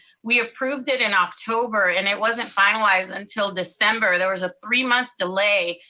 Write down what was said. we approved it in october, and it wasn't finalized until december. there was a three month delay,